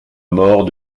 mort